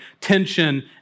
tension